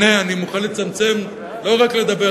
אני מוכן גם לזה,